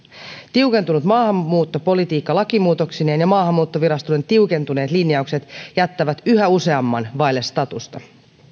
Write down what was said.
tiukentunut maahanmuuttopolitiikka lakimuutoksineen ja maahanmuuttoviraston tiukentuneet linjaukset jättävät yhä useamman vaille statusta